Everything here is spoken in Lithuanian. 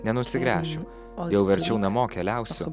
nenusigręšiu jau verčiau namo keliausiu